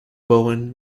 bowen